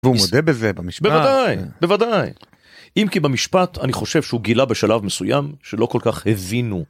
והוא מודה בזה במשפט? בוודאי, בוודאי, אם כי במשפט אני חושב שהוא גילה בשלב מסוים שלא כל כך הבינו.